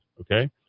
Okay